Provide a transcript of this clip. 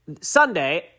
Sunday